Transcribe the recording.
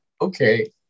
Okay